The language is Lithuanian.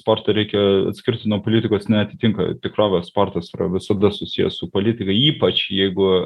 sportą reikia atskirti nuo politikos neatitinka tikrovės sportas visada susijęs su politika ypač jeigu